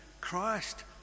Christ